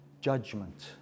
judgment